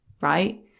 right